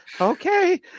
okay